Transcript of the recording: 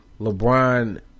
LeBron